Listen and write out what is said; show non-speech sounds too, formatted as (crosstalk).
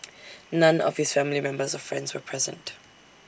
(noise) none of his family members or friends were present